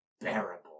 bearable